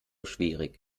schwierig